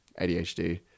ADHD